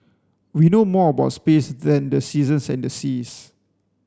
we know more about space than the seasons and the seas